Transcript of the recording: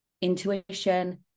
intuition